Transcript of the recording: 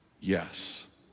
Yes